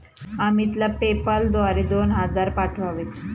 अमितला पेपाल द्वारे दोन हजार पाठवावेत